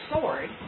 sword